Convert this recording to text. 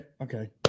okay